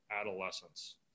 adolescence